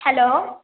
hello